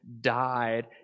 died